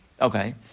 Okay